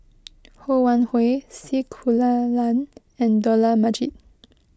Ho Wan Hui C Kunalan and Dollah Majid